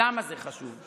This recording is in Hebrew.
למה זה חשוב?